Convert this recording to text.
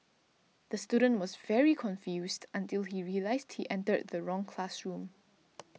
the student was very confused until he realised he entered the wrong classroom